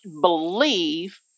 believe